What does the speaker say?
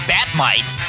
Batmite